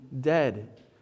dead